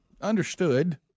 Understood